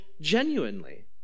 genuinely